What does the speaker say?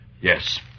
Yes